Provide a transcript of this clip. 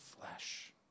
flesh